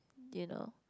you know